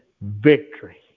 victory